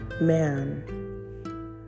man